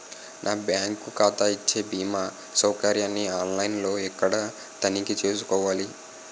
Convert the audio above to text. నా బ్యాంకు ఖాతా ఇచ్చే భీమా సౌకర్యాన్ని ఆన్ లైన్ లో ఎక్కడ తనిఖీ చేసుకోవాలి?